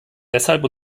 deshalb